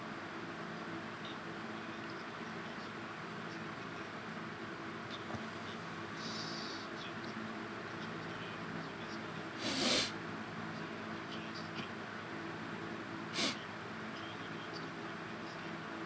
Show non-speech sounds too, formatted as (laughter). (noise)